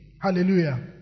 Hallelujah